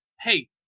Hey